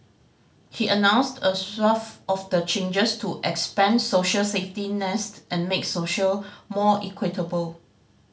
he announced a swathe of the changes to expand social safety nets and make social more equitable